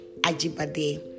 Ajibade